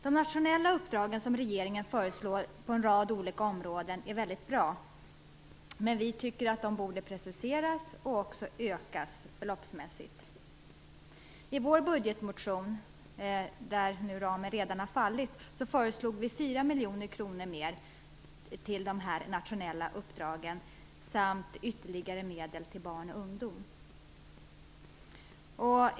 De nationella uppdrag som regeringen föreslår på en rad olika områden är väldigt bra. Men vi tycker att de borde preciseras och också ökas beloppsmässigt. I vår budgetmotion, där nu ramen redan har fallit, föreslog vi 4 miljoner kronor mer till de nationella uppdragen, samt ytterligare medel till barn och ungdom.